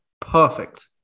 perfect